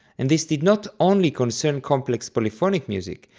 and this did not only concern complex polyphonic music,